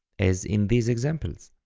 as in these examples.